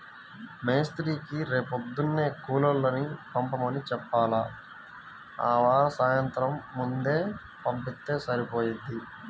మేస్త్రీకి రేపొద్దున్నే కూలోళ్ళని పంపమని చెప్పాల, ఆవార సాయంత్రం ముందే పంపిత్తే సరిపోయిద్ది